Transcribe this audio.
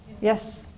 Yes